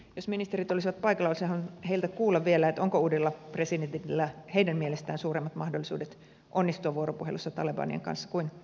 jos ministerit olisivat paikalla olisin halunnut heiltä kuulla vielä onko uudella presidentillä heidän mielestään suuremmat mahdollisuudet onnistua vuoropuhelussa talebanien kanssa kuin edellisellä karzailla